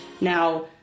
Now